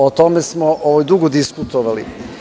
O tome smo dugo diskutovali.